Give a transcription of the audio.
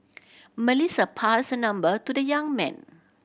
Melissa passed her number to the young man